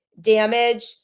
damage